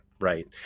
Right